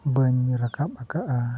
ᱵᱟᱹᱧ ᱨᱟᱠᱟᱵ ᱟᱠᱟᱫᱟ